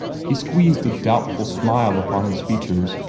he squeezed a doubtful smile upon his features.